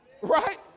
right